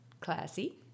Classy